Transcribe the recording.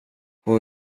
får